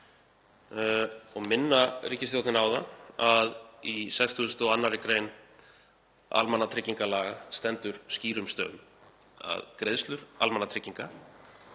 og minna ríkisstjórnina á að í 62. gr. almannatryggingalaga stendur skýrum stöfum að greiðslur almannatrygginga